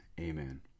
Amen